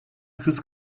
hız